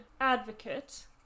advocate